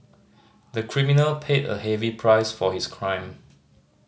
the criminal paid a heavy price for his crime